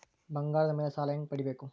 ಬಂಗಾರದ ಮೇಲೆ ಸಾಲ ಹೆಂಗ ಪಡಿಬೇಕು?